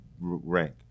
rank